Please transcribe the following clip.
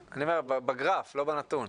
בגרף, לא בנתון.